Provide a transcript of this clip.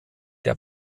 der